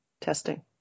testing